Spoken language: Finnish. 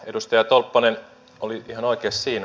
edustaja tolppanen oli ihan oikeisiin